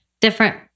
different